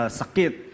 sakit